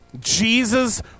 Jesus